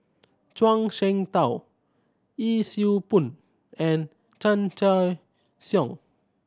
Zhuang Shengtao Yee Siew Pun and Chan Choy Siong